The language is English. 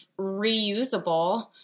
reusable